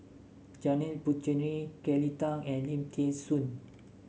Janil Puthucheary Kelly Tang and Lim Thean Soo